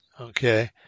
Okay